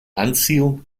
anziehung